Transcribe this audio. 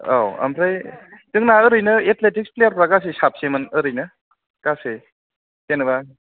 औ ओमफ्राय जोंना ओरैनो एथलेटिक्स प्लेयारफ्रा साबैसेमोन ओरैनो गासै जेनेबा